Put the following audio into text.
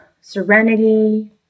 serenity